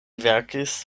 verkis